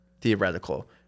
theoretical